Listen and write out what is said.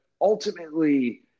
ultimately